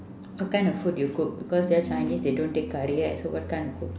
what kind of food you cook cause they are chinese they don't take curry right so what kind you cook